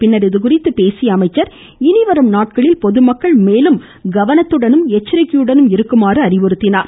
பின்னர் இதுகுறித்து பேசிய அமைச்சர் இனி வரும் நாட்களில் பொதுமக்கள் மேலும் கவனத்துடனும் எச்சரிக்கையுடனும் இருக்குமாறு அறிவுறுத்தினார்